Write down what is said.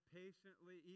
patiently